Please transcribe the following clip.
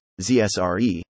ZSRE